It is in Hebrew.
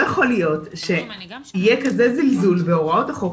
לא יכול להיות שיהיה כזה זלזול בהוראות החוק.